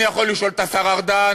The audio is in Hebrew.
אני יכול לשאול את השר ארדן,